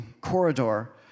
corridor